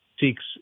seeks